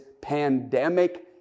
pandemic